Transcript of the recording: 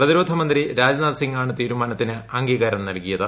പ്രതിരോധമന്ത്രി രാജ്നാഥ് സിംഗാണ് തീരുമാനത്തിന് അംഗീകാരം നൽകിയത്